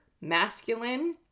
masculine